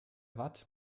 watt